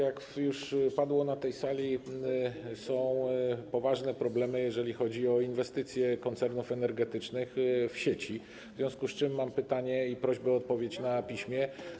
Jak już powiedziano na tej sali, są poważne problemy, jeżeli chodzi o inwestycje koncernów energetycznych w sieci, w związku z czym mam pytanie i prośbę o odpowiedź na piśmie.